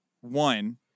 one